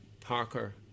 Parker